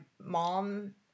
mom